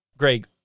Greg